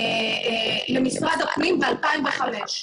למשרד הפנים ב-2005.